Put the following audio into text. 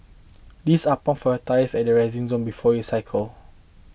these are pumps for tyres at the resting zone before you cycle